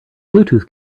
bluetooth